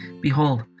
behold